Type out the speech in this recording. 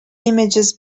images